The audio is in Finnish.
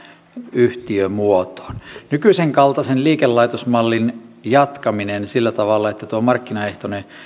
yhtiömuotoon nykyisen kaltaisen liikelaitosmallin jatkaminen sillä tavalla että markkinaehtoinen